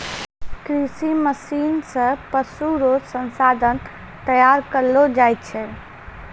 कृषि मशीन से पशु रो संसाधन तैयार करलो जाय छै